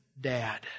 dad